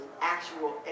actual